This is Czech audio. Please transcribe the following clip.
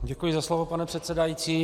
Děkuji za slovo, pane předsedající.